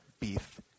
beef